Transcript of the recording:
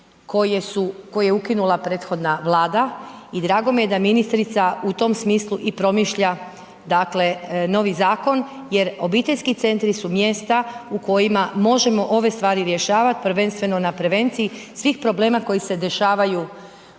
koje je ukinula prethodna vlada i drago mi je da ministrica u tom smislu i promišlja, novi zakon. Jer obiteljski centri su mjesta u kojima možemo ove stvari rješavati, prvenstveno na prevenciji svih problema koji se dešavaju u tijeku